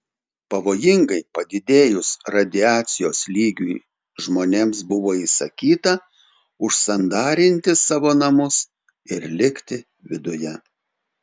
pavojingai padidėjus radiacijos lygiui žmonėms buvo įsakyta užsandarinti savo namus ir likti viduje